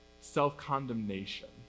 self-condemnation